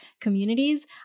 communities